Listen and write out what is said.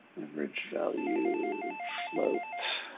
average value float.